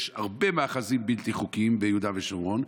יש הרבה מאחזים בלתי חוקיים ביהודה ושומרון,